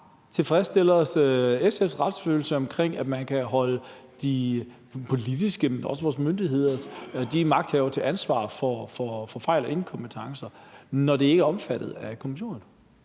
tilfredsstiller SF's retsfølelse, i forhold til at man kan stille de politiske magthavere og også vores myndigheder til ansvar for fejl og inkompetencer, når det ikke er omfattet af kommissoriet.